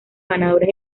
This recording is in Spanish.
ganadores